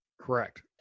Correct